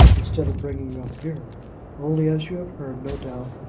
instead of bringing you up here only, as you have heard, no doubt,